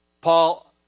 Paul